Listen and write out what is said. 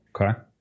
Okay